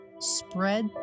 spread